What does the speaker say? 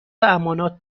امانات